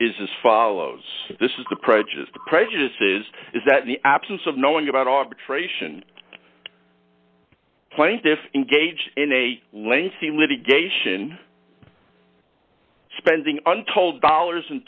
is as follows this is the prejudiced prejudices is that in the absence of knowing about arbitration plaintiffs engaged in a lengthy litigation spending untold dollars